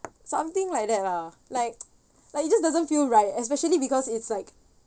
something like that lah like like it just doesn't feel right especially because it's like